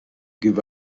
give